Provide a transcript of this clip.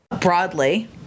Broadly